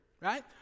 right